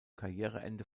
karriereende